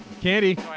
Candy